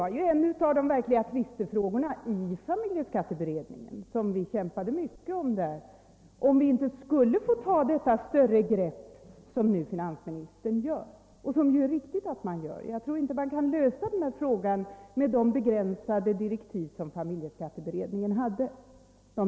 En av de verkliga tvistefrågorna som vi kämpade mycket om i familjeskatteberedningen var just om vi inte skulle få ta detta större grepp som finansministern nu tar och som det är riktigt att ta. Jag tror inte att man kan lösa detta problem med de begränsade direktiv som familjeskatteberedningen hade.